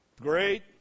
great